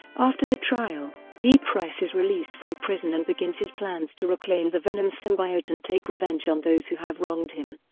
after the trial, lee price is released from prison and begins his plans to reclaim the venom symbiote and take revenge on those who have wronged him.